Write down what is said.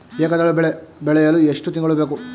ಏಕದಳ ಬೆಳೆ ಬೆಳೆಯಲು ಎಷ್ಟು ತಿಂಗಳು ಬೇಕು?